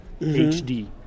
HD